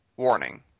Warning